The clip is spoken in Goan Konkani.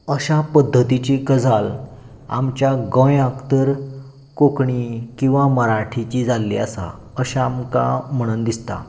अशा पद्दतीची गजाल आमच्या गोंयाक तर कोंकणी किंवा मराठीची जाल्ली आसा अशें आमकां म्हणन दिसतां